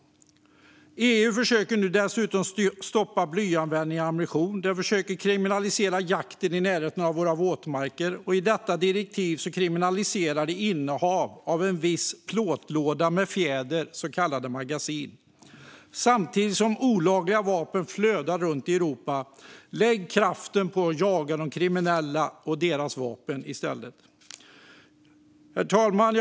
EU försöker nu dessutom stoppa blyanvändningen i ammunition och kriminalisera jakten i närheten av våtmarker, och i detta direktiv kriminaliserar de innehav av vissa plåtlådor med fjäder, så kallade magasin - detta samtidigt som olagliga vapen flödar runt i Europa. Lägg kraften på att jaga de kriminella och deras vapen i stället! Herr talman!